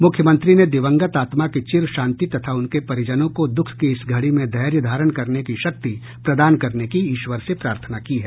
मुख्यमंत्री ने दिवंगत आत्मा की चिर शान्ति तथा उनके परिजनों को दुःख की इस घड़ी में धैर्य धारण करने की शक्ति प्रदान करने की ईश्वर से प्रार्थना की है